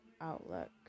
outlook